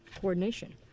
coordination